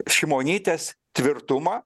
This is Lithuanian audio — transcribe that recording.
šimonytės tvirtumą